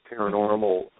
paranormal